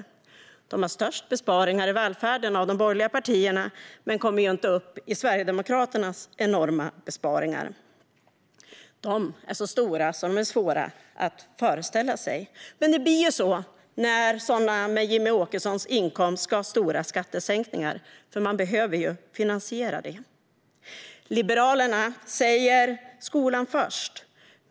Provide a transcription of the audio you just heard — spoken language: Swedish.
Centerpartiet har störst besparingar i välfärden av de borgerliga partierna men kommer inte upp i Sverigedemokraternas enorma besparingar. De är så stora att de är svåra att föreställa sig. Men det blir så när människor med Jimmie Åkessons inkomst ska ha stora skattesänkningar, för man behöver finansiera det. Liberalerna säger: Skolan först!